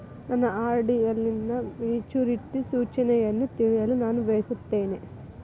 ನನ್ನ ಆರ್.ಡಿ ಯಲ್ಲಿನ ಮೆಚುರಿಟಿ ಸೂಚನೆಯನ್ನು ತಿಳಿಯಲು ನಾನು ಬಯಸುತ್ತೇನೆ